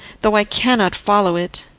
though i cannot follow it.